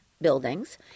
buildings